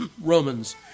Romans